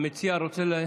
המציע רוצה?